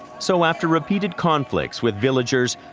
so after repeated conflicts with villagers,